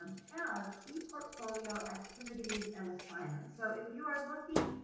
um has eportfolio activities and assignments. so if you are looking,